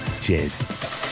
Cheers